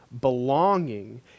belonging